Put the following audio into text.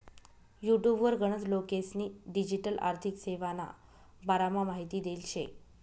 युटुबवर गनच लोकेस्नी डिजीटल आर्थिक सेवाना बारामा माहिती देल शे